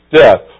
death